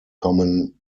common